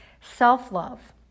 self-love